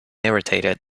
irritated